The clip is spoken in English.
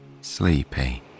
sleepy